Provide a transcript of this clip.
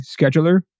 scheduler